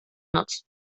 noc